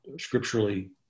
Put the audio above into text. scripturally